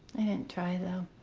didn't try, though.